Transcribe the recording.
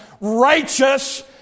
righteous